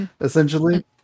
essentially